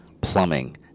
Plumbing